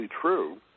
true